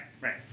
right